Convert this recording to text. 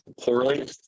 poorly